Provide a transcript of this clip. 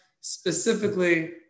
specifically